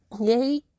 yay